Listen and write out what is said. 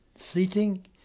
Seating